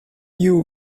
you